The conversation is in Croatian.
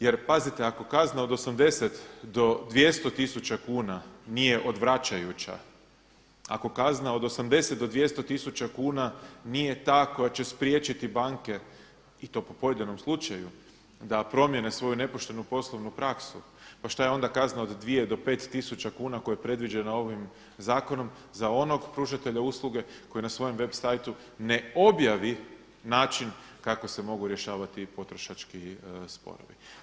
Jer pazite ako kazna od 80 do 200 tisuća kuna nije odvraćajuća, ako kazna od 80 do 200 tisuća kuna nije ta koja će spriječiti banke i to po pojedinom slučaju da promijene svoju nepoštenu poslovnu praksu pa šta je onda kazna od 2 do 5 tisuća kuna koja je predviđena ovim zakonom za onog pružatelja usluge koji na svojem web sajtu ne objavi način kako se mogu rješavati potrošački sporovi.